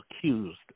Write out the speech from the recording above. accused